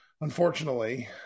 unfortunately